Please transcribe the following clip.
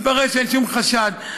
התברר שאין שום חשד.